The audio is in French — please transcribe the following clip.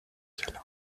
zélande